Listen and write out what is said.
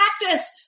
practice